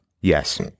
Yes